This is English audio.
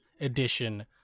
edition